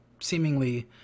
seemingly